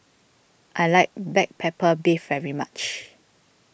I like Black Pepper Beef very much